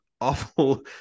awful